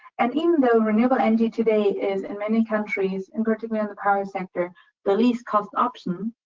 and even though renewable energy today is, in many countries in particular, in the power sector the least cost option,